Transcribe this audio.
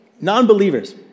non-believers